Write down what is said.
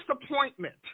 Disappointment